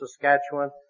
Saskatchewan